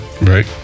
Right